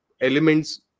elements